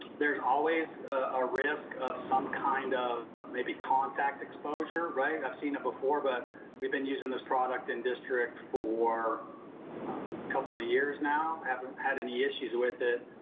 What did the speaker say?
there's always a risk of some kind of maybe contact exposure, right? i've seen it before, but we've been using this product in district for a couple of years now, i haven't had any issues with it,